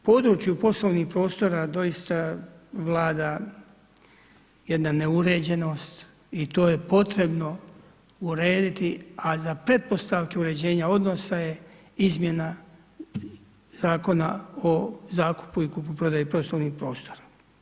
U području poslovnih prostora doista vlada jedna neuređenost i to je potrebno urediti a za pretpostavke uređenja odnosa je izmjena Zakona o zakupu i kupoprodaji poslovnih prostora.